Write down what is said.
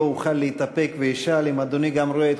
לא אוכל להתאפק ואשאל אם אדוני גם רואה את